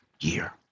year